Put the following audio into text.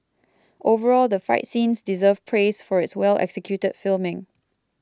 overall the fight scenes deserve praise for its well executed filming